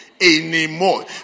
anymore